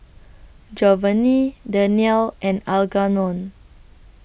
Jovany Daniele and Algernon